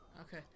Okay